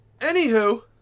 Anywho